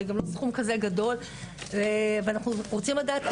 זה גם לא סכום כזה גדול ואנחנו רוצים לדעת,